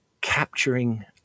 capturing